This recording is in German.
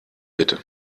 bitte